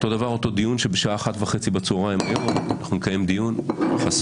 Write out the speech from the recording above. אותו דבר לגבי אותו דיון שבשעה 13:30 היום אנחנו נקיים דיון חסוי